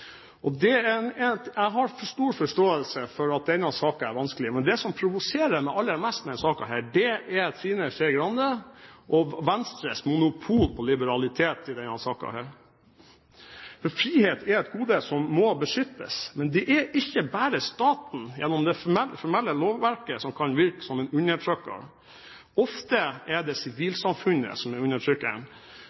årsaker enn eget fritt valg. Jeg har stor forståelse for at denne saken er vanskelig. Men det som provoserer meg aller mest, er Trine Skei Grande og Venstres monopol på liberalitet i denne saken. Frihet er et gode som må beskyttes, men det er ikke bare staten gjennom det formelle lovverket som kan virke som en undertrykker. Ofte er det sivilsamfunnet som er